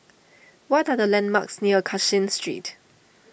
what are the landmarks near Cashin Street